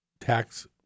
tax